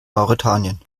mauretanien